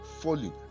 falling